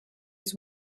was